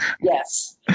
Yes